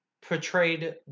portrayed